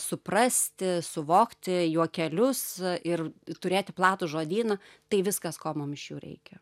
suprasti suvokti juokelius ir turėti platų žodyną tai viskas ko mum iš jų reikia